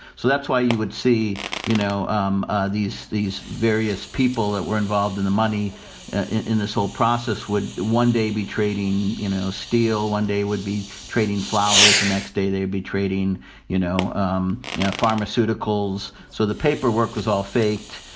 so that's why you would see you know um ah these these various people that were involved in the money in this whole process would one day be trading you know steal one day, would be trading flowers, the and next day they'd be trading you know um pharmaceuticals. so the paperwork was all faked,